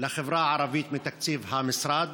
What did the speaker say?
לחברה הערבית מתקציב המשרד?